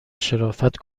شرافت